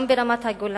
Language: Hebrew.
גם ברמת-הגולן,